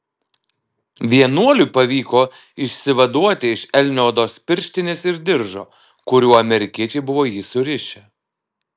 vienuoliui pavyko išsivaduoti iš elnio odos pirštinės ir diržo kuriuo amerikiečiai buvo jį surišę